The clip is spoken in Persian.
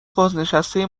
بازنشته